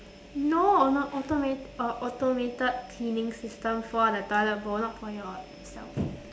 no not automate~ a automated cleaning system for the toilet bowl not for yourself